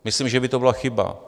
Myslím, že by to byla chyba.